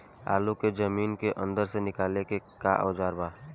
आलू को जमीन के अंदर से निकाले के का औजार बा?